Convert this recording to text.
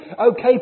okay